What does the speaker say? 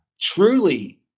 truly